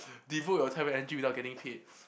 devote your time and energy without getting paid